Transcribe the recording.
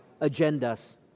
agendas